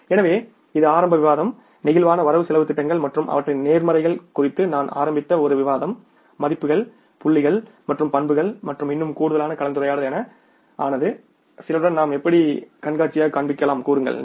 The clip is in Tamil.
எனவே ஆரம்ப விவாதம் நெகிழ்வான வரவுசெலவுத்திட்டங்கள் மற்றும் அவற்றின் நேர்மறைகள் குறித்து நான் ஆரம்பித்த ஒரு விவாதம் மதிப்புகள் புள்ளிகள் மற்றும் பண்புகள் மற்றும் இன்னும் கூடுதலான கலந்துரையாடல் என ஆனது யாராவது கூறுங்கள் எப்படி பிளேக்சிபிள் பட்ஜெட் தயாரிக்க போகிறோம்